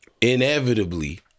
inevitably –